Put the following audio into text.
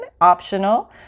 Optional